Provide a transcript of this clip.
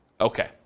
Okay